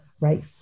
right